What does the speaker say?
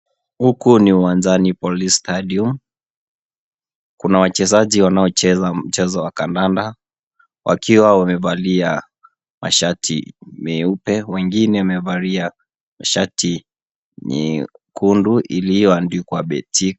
Huku ni uwanjani police stadium. Kuna wachezaji wanaocheza mchezo wa kandanda. Wakiwa wamevalia mashati meupe. Wengine wamevalia shati nyekundu iliyoandikwa Betika.